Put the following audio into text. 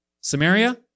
Samaria